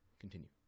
continue